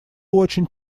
очень